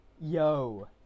Yo